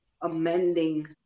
amending